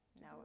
No